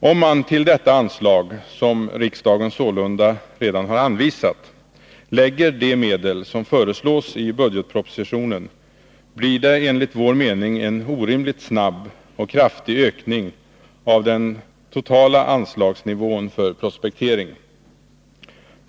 Om man till detta anslag, som riksdagen sålunda redan har anvisat, lägger de medel som föreslås i budgetpropositionen, blir det enligt vår mening en orimligt snabb och kraftig ökning av den totala anslagsnivån för prospektering.